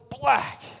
black